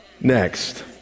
next